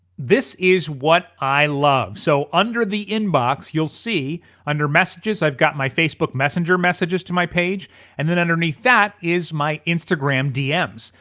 this is what i love. so under the inbox, you'll see under messages, i've got my facebook messenger messages to my page and then underneath that is my instagram dms.